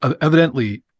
evidently